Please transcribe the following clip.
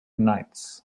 knights